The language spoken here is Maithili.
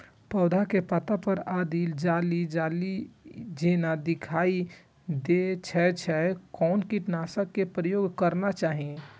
पोधा के पत्ता पर यदि जाली जाली जेना दिखाई दै छै छै कोन कीटनाशक के प्रयोग करना चाही?